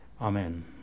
Amen